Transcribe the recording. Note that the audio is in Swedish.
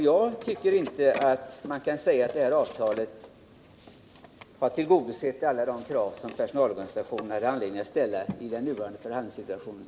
Jag kan inte finna att detta avtal har tillgodosett alla de krav som personalorganisationerna hade anledning att ställa i den föreliggande förhandlingssituationen.